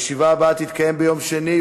הישיבה הבאה תתקיים ביום שני,